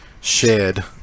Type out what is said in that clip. shared